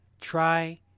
try